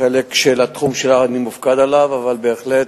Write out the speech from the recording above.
החלק של התחום שאני מופקד עליו, אבל בהחלט,